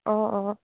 অঁ অঁ